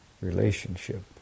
relationship